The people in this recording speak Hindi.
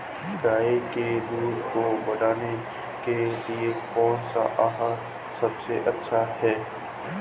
गाय के दूध को बढ़ाने के लिए कौनसा आहार सबसे अच्छा है?